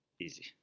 easy